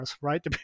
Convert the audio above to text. right